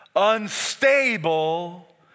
Unstable